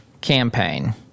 campaign